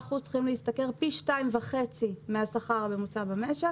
10% צריכים להשתכר פי שניים וחצי מהשכר הממוצע במשק.